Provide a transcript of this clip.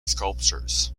sculptures